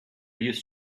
used